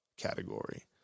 category